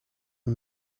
een